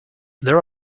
there